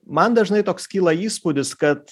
man dažnai toks kyla įspūdis kad